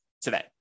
today